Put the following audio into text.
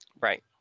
Right